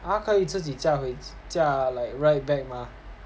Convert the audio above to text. !huh! 可以自己驾回家 like right back mah